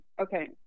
Okay